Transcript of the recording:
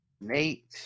Nate